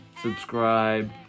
subscribe